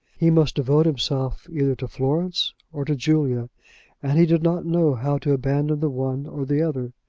he must devote himself either to florence or to julia and he did not know how to abandon the one or the other.